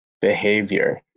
behavior